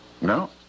No